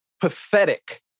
pathetic